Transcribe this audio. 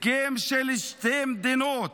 הסכם של שתי מדינות,